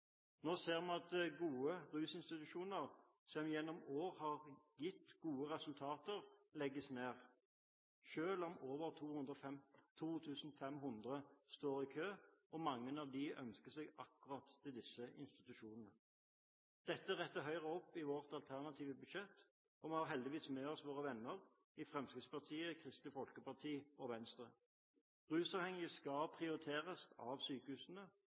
Nå ser vi at gode rusinstitusjoner som gjennom år har gitt gode resultater, legges ned selv om over 2 500 står i kø, og mange av dem ønsker seg til akkurat disse institusjonene. Dette retter Høyre opp i sitt alternative budsjett, og vi har heldigvis med oss våre venner i Fremskrittspartiet, Kristelig Folkeparti og Venstre. Rusavhengige skal prioriteres av sykehusene.